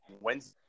Wednesday